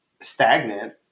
stagnant